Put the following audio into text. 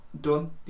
done